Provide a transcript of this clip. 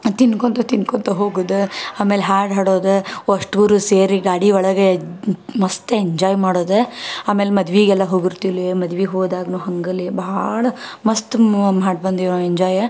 ತಿನ್ಕೊತ ತಿನ್ಕೊತ ಹೋಗೋದ ಆಮೇಲೆ ಹಾಡು ಹಾಡೋದು ಒಷ್ಟುರು ಸೇರಿ ಗಾಡಿ ಒಳಗೆ ಎದ್ದು ಮಸ್ತ್ ಎಂಜಾಯ್ ಮಾಡೋದೆ ಆಮೇಲೆ ಮದುವೆಗೆಲ್ಲ ಹೋಗಿರ್ತಿವಿ ಲೇ ಮದುವೆಗ್ ಹೋದಾಗಲೂ ಹಾಗೇಲೇ ಭಾಳ ಮಸ್ತ್ ಮಾಡಿ ಬಂದೀವ್ ನಾವು ಎಂಜಾಯ್